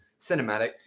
cinematic